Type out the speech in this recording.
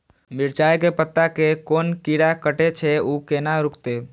मिरचाय के पत्ता के कोन कीरा कटे छे ऊ केना रुकते?